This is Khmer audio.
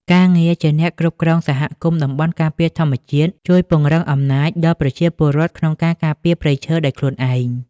ការងារជាអ្នកគ្រប់គ្រងសហគមន៍តំបន់ការពារធម្មជាតិ ជួយពង្រឹងអំណាចដល់ប្រជាពលរដ្ឋក្នុងការការពារព្រៃឈើដោយខ្លួនឯង។